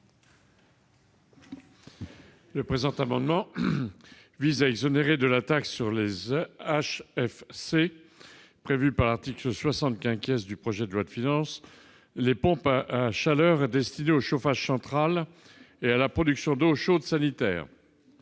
Le présent amendement vise à exonérer de la taxe sur les HFC prévue à l'article 60 du projet de loi de finances les pompes à chaleur destinées au chauffage central et à la production d'eau chaude sanitaire.